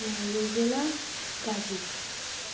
Raveena Gazi